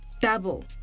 double